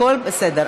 הכול בסדר.